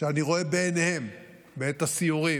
שאני רואה בעיניהם בעת הסיורים,